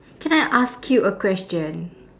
can I ask you a question